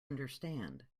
understand